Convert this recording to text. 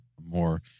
more